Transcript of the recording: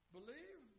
Believe